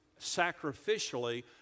sacrificially